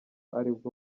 aribwo